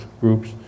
groups